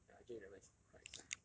ya J eleven is quite quite insane